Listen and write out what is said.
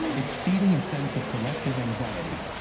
um it's feeding a sense of collective anxiety.